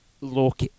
look